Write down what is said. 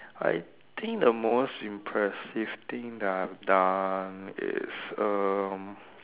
I think the most impressive thing that I've done is erm